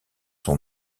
son